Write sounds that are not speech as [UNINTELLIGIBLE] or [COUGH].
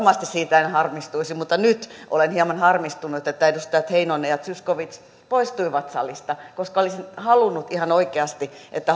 siitä en harmistuisi mutta nyt olen hieman harmistunut että että edustajat heinonen ja zyskowicz poistuivat salista koska olisin halunnut ihan oikeasti että [UNINTELLIGIBLE]